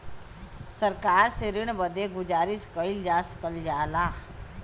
सरकार से ऋण बदे गुजारिस कइल जा सकल जाला